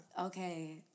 Okay